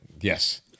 yes